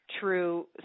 true